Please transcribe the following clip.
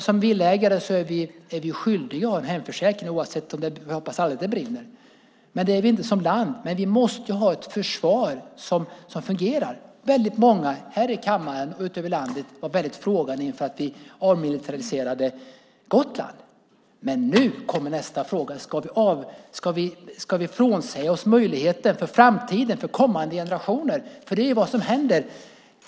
Som villaägare är vi skyldiga att ha hemförsäkring fast vi hoppas att det aldrig brinner. Det är vi inte som land, men vi måste ha ett försvar som fungerar. Väldigt många här i kammaren och ute i landet var mycket frågande inför att vi avmilitariserade Gotland. Men nu kommer nästa fråga. Ska vi frånsäga oss möjligheten för framtiden, för kommande generationer? Det är vad som händer.